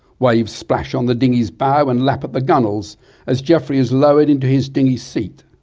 waves splash on the dinghy's bow and lap at the gunwales as geoffrey is lowered into his dinghy seat.